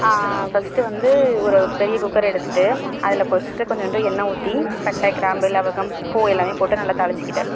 first வந்து ஒரு பெரிய குக்கர் எடுத்துகிட்டு அதில் ஃபர்ஸ்டு கொஞ்சோண்டு எண்ணெய் ஊற்றி பட்டை கிராம்பு இலவங்கம் பூ எல்லாமே போட்டு நல்லா தாளிச்சிக்கிட்டேன்